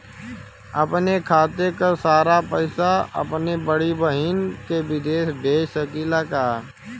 अपने खाते क सारा पैसा अपने बड़ी बहिन के विदेश भेज सकीला का?